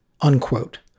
unquote